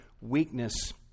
weakness